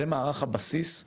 זה מערך הבסיס,